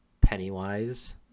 pennywise